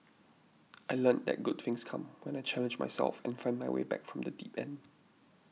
I learnt that good things come when I challenge myself and find my way back from the deep end